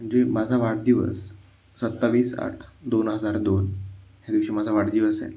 म्हणजे माझा वाढदिवस सत्तावीस आठ दोन हजार दोन ह्या दिवशी माझा वाढदिवस आहे